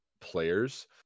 players